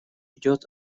идет